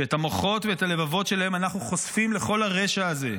שאת המוחות ואת הלבבות שלהם אנחנו חושפים לכל הרשע הזה,